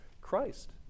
Christ